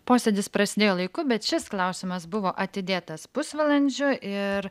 posėdis prasidėjo laiku bet šis klausimas buvo atidėtas pusvalandžiu ir